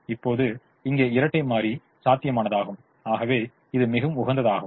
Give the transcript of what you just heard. இப்போது இங்கே இரட்டை மாறி சாத்தியமானதாகும் ஆகவே இது மிகவும் உகந்ததாகும்